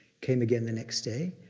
came again the next day,